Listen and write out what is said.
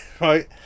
right